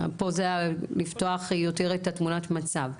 פה זה היה לפתוח יותר את תמונת המצב.